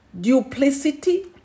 Duplicity